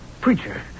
preacher